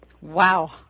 Wow